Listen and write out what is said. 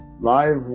live